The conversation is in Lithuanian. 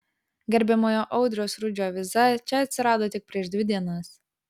gerbiamojo audriaus rudžio viza čia atsirado tik prieš dvi dienas